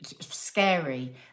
scary